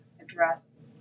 address